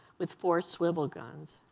with four swivel guns.